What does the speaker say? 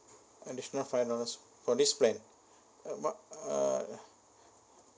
additional five dollars for this plan uh what uh